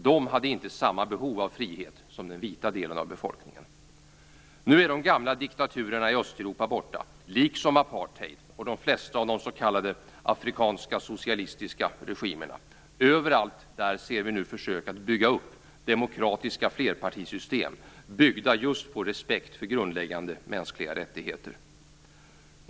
De hade inte samma behov av frihet som den vita delen av befolkningen. Nu är de gamla diktaturerna i Östeuropa borta, liksom apartheid och de flesta av de s.k. afrikanska socialistiska regimerna. Överallt ser vi nu försök att bygga upp demokratiska flerpartisystem byggda just på respekt för grundläggande mänskliga rättigheter.